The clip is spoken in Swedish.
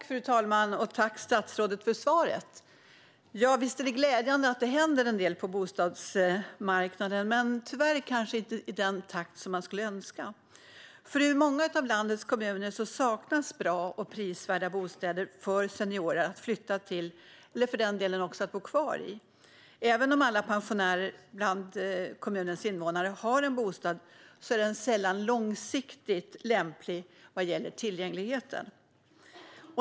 Fru talman! Tack, statsrådet, för svaret! Ja, visst är det är glädjande att det händer en del på bostadsmarknaden. Men tyvärr sker det kanske inte i den takt som man skulle önska. I många av landets kommuner saknas det bra och prisvärda bostäder för seniorer att flytta till eller, för den delen, att bo kvar i. Även om kommunens alla pensionärer har en bostad är den sällan långsiktigt lämplig vad gäller tillgängligheten.